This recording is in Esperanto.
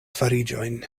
fariĝojn